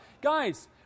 Guys